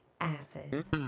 asses